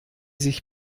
sich